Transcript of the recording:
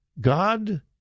God